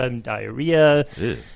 diarrhea